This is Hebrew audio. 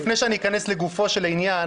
לפני שאני אכנס לגופו של עניין,